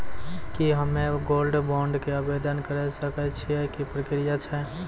की हम्मय gold bond के आवदेन करे सकय छियै, की प्रक्रिया छै?